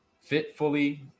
fitfully